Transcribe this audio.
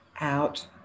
out